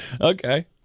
Okay